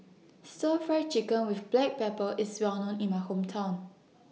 Stir Fry Chicken with Black Pepper IS Well known in My Hometown